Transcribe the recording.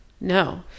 No